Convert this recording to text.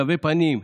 תווי פנים,